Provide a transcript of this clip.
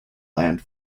land